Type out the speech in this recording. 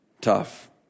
tough